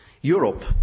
Europe